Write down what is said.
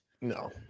No